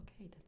Okay